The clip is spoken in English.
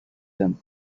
them